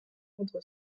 contre